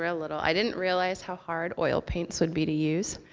ah little. i didn't realize how hard oil paints would be to use,